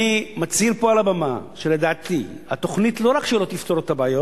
אני מצהיר פה על הבמה שלדעתי התוכנית לא רק שלא תפתור את הבעיות,